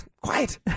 quiet